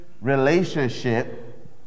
relationship